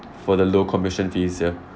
for the low commission fees ya